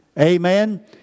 Amen